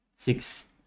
Six